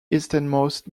easternmost